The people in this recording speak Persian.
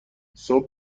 صبح